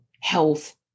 health